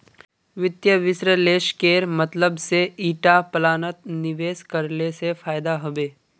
वित्त विश्लेषकेर मतलब से ईटा प्लानत निवेश करले से फायदा हबे